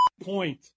point